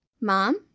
Mom